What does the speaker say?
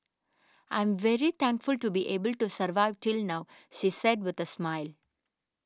I'm very thankful to be able to survive till now she said with a smile